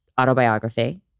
autobiography